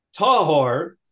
Tahor